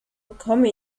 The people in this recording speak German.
bekomme